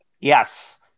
Yes